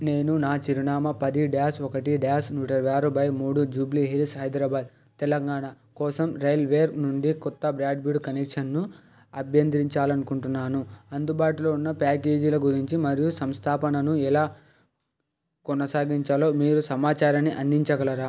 నేను నా చిరునామా పది డాష్ ఒకటి డాష్ నూట ఇరవై ఆరు మూడు జూబిలీ హిల్స్ హైదరాబాదు తెలంగాణ కోసం రైల్వైర్ నుండి కొత్త బ్రాడ్బ్యాండ్ కనెక్షన్ను అభ్యర్థించాలనుకుంటున్నాను అందుబాటులో ఉన్న ప్యాకేజీల గురించి మరియు సంస్థాపనను ఎలా కొనసాగించాలో మీరు సమాచారాన్ని అందించగలరా